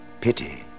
Pity